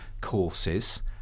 courses